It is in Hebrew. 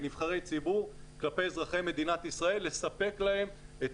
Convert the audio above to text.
כנבחרי ציבור כלפי אזרחי מדינת ישראל לספק להם את